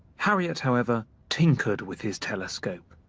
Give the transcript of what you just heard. harriot, however, tinkered with his telescope,